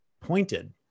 pointed